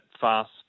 fast